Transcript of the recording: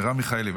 מרב מיכאלי,